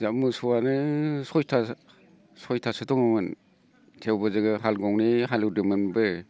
जोंहा मोसौआनो सयथासो दंमोन थेवबो जोङो हाल गंनै हालेवदोंमोनबो